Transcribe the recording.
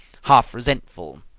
half-resentful.